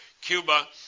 Cuba